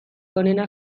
onenak